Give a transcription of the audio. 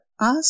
ask